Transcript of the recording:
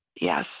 Yes